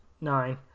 Nine